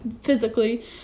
physically